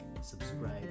subscribe